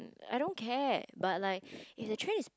I don't care but like if the train is